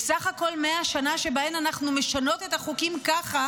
בסך הכול 100 שנה שבהן אנחנו משנות את החוקים ככה